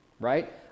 Right